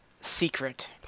secret